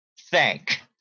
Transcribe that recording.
Thank